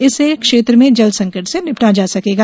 इससे क्षेत्र में जलसंकट से निपटा जा सकेगा